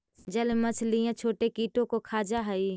जल में मछलियां छोटे कीटों को खा जा हई